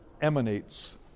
emanates